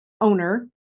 owner